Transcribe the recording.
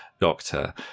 doctor